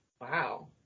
Wow